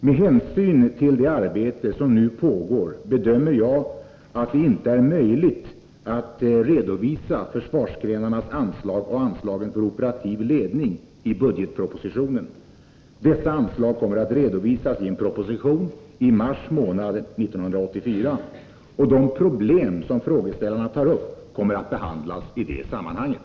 Med hänsyn till det arbete som nu pågår bedömer jag att det inte är möjligt att redovisa försvarsgrenarnas anslag och anslaget för operativ ledning i budgetpropositionen. Dessa anslag kommer att redovisas i en proposition i mars månad 1984. De problem som frågeställarna tar upp kommer att behandlas i det sammanhanget.